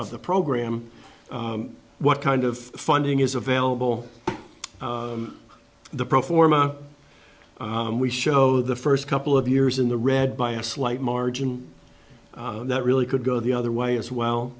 of the program what kind of funding is available the pro forma we show the first couple of years in the red by a slight margin that really could go the other way as well